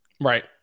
right